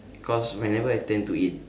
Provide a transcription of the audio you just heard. cause whenever I tend to eat